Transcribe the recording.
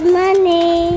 money